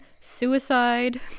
suicide